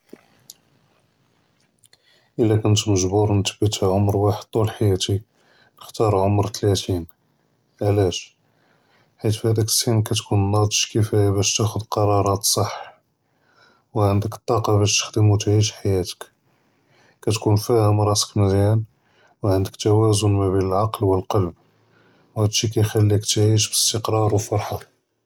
אלא כנת מוג׳בור נכּתת פי עמר ואחד טול חיאתּי נכתאר עמר תלאתין, ועלאש? חית פדאכּ אלסן כתכון נאד׳ג כאפיה באש תאח׳ד קראראת סח, וענדכ טאקה אנו תעיש חיאתכּ, כתכון פאהמ ראסק מזיאן וענדכ תווזון מאבין אלעקל ואללב, וואהאד אלשי יחליכ תעיש באסתיקראר ופרחה.